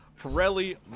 Pirelli